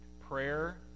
Prayer